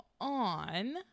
on